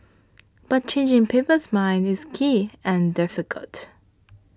but changing people's minds is key and difficult